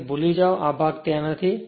તે ભૂલી જાઓ આ કંઇ નથી આ ભાગ ત્યાં નથી